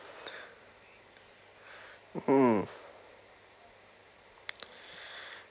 hmm